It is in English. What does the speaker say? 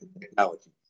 technology